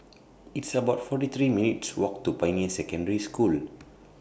It's about forty three minutes' Walk to Pioneer Secondary School